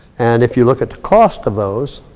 and if you look at the cost of those,